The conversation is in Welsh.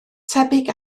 tebyg